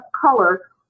color